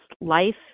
life